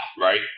right